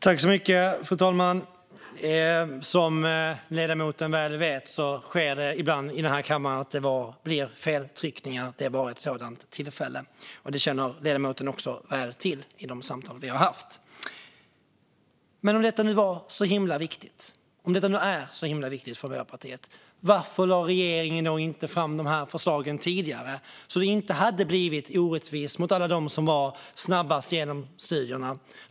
Fru talman! Som ledamoten väl vet sker det ibland i den här kammaren att det blir feltryckningar. Det var ett sådant tillfälle. Det känner ledamoten också väl till genom de samtal som vi har haft. Om detta nu var så himla viktigt, och det nu är så himla viktigt för Miljöpartiet, varför lade regeringen då inte fram förslagen tidigare, så att det inte hade blivit orättvist mot alla dem som var snabbast igenom studierna?